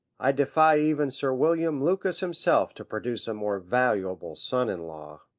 i defy even sir william lucas himself to produce a more valuable son-in-law.